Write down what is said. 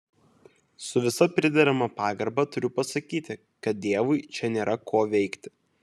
su visa priderama pagarba turiu pasakyti kad dievui čia nėra ko veikti